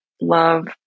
love